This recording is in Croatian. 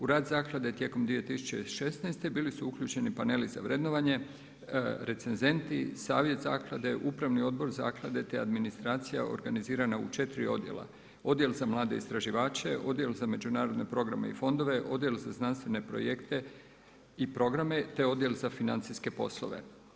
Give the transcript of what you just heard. U rad zaklade tijekom 2016. bili su uključeni paneli za vrednovanje, recenzenti, savjet zaklade, upravni odbor zaklade te administracija organizirana u 4 odjela: odjel za mlade istraživače, odjel za međunarodne programe i fondove, odjel za znanstvene projekte i programe te odjel za financijske poslove.